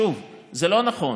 שוב, זה לא נכון,